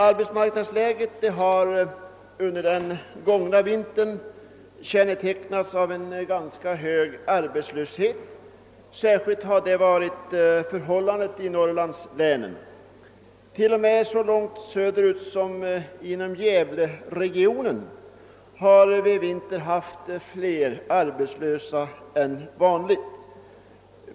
Arbetsmarknadsläget har under den gångna vintern kännetecknats av en ganska hög arbetslöshet. Särskilt har det varit förhållandet i norrlandslänen. T. o. m. så långt söderut som inom gävleregionen har vi i vinter haft fler arbetslösa än vanligt.